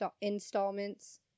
installments